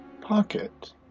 pocket